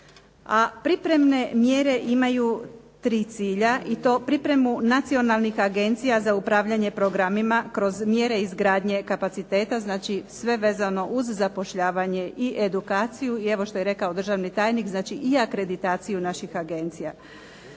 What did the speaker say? A pripremne mjere imaju tri cilja i to pripremu nacionalnih agencija za upravljanje programima kroz mjere izgradnje kapaciteta, znači sve vezano uz zapošljavanje i edukaciju. I ovo što je rekao državni tajnik i akreditaciju naših agencija.